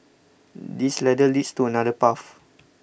this ladder leads to another path